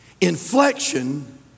inflection